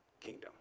kingdom